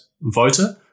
voter